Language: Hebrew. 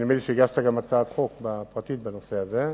נדמה לי שהגשת הצעת חוק פרטית בנושא הזה.